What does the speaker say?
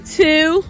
two